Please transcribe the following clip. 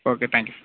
okay thank you